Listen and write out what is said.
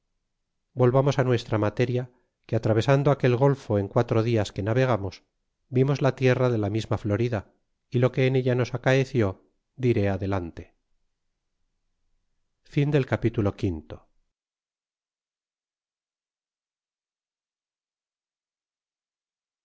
volvamos nuestra materia que atravesando aquel golfo en quatro tilas que navegamos vimos la tierra de la misma florida y lo que en ella nos acaeció diré adelante capitulo